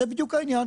אז זה בדיוק העניין.